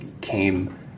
came